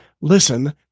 listen